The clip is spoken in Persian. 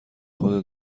خودت